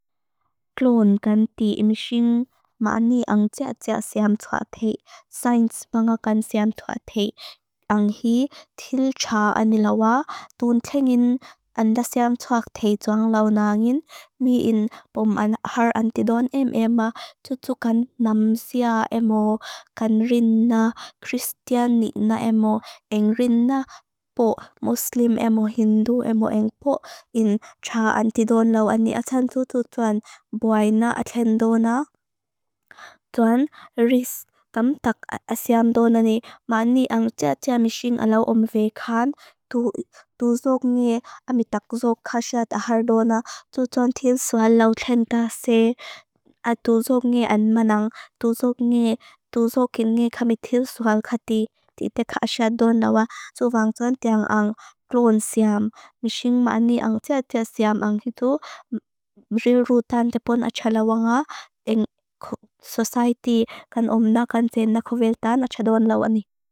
Klon kan ti imshing maani ang tia tia siam tua te. Sains panga kan siam tua te. Ang hi til txa ani lawa. Tun tengin anda siam tua te tua lau nangin. Mi in pom an har an ti don em ema. Tutukan nam sia emo. Kan rinna. Kristian nina emo. Eng rinna. Po muslim emo hindu emo eng po. In txa an ti don lawa. Ni atan tu tuan buaina aten dona. Tuan ris kam tak asiam dona ni. Maani ang tia tia mishing alau omve kan. Tuzog nge amitak tuzog kasat ahar dona. Tuzon til sual lau ten tase. At tuzog nge an ma nang. Tuzog nge tuzog kil nge kamitil sual khati. Titek kasat don lawa. Tuvang tun teng ang klon siam. Mishing maani ang tia tia siam ang hitu. Bril rutan te pon achalawa nga. Society kan omna kan ten na koveltan achalawan lawa ni.